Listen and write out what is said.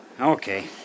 Okay